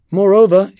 Moreover